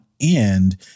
And-